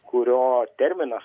kurio terminas